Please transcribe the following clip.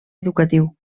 educatiu